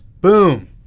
Boom